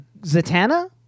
Zatanna